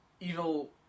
evil